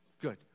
good